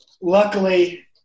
Luckily